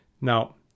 Now